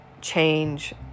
change